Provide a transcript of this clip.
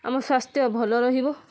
ଆମ ସ୍ୱାସ୍ଥ୍ୟ ଭଲ ରହିବ